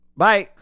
bye